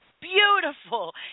beautiful